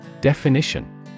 Definition